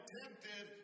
tempted